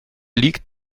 liegt